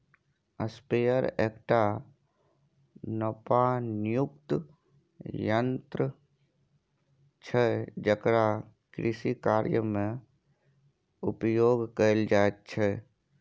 sprayer एकटा नोपानियुक्त यन्त्र छै जेकरा कृषिकार्यमे उपयोग कैल जाइत छै